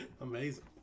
amazing